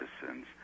citizens